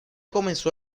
comenzó